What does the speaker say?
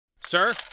Sir